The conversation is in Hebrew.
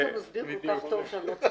לאה.